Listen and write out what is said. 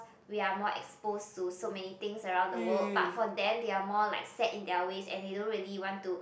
we are more exposed to so many things around the world but for them they are more like set in their way and they don't really want to